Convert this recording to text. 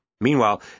Meanwhile